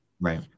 right